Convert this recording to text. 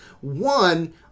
one